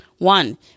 One